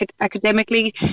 academically